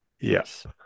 Yes